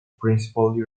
principally